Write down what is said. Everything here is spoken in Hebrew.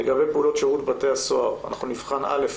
לגבי פעולות בתי הסוהר אנחנו נבחן, א',